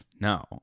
no